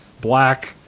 black